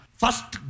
first